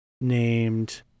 named